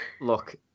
look